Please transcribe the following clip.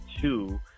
two